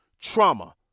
trauma